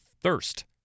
thirst